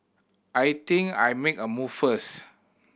I think I make a move first